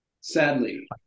Sadly